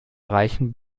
reichen